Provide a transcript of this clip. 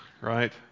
right